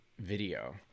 video